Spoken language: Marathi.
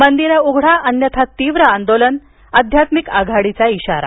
मंदिरं उघडा अन्यथा तीव्र आंदोलन आध्यात्मिक आघाडीचा इशारा